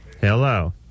Hello